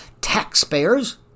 taxpayers